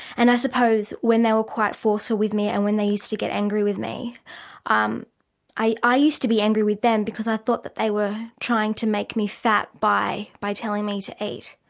and i suppose when they were quite forceful with me and when they used to get angry with me um i i used to be angry with them, because i thought that they were trying to make me fat by by telling me to eat.